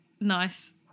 nice